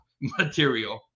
Material